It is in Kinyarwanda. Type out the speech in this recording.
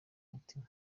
umutima